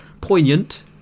poignant